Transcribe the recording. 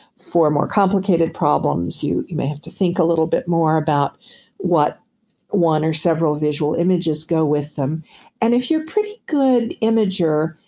for more complicated problems, you you may have to think a little bit more about what one or several visual images go with them and if you're pretty good imager,